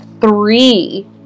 three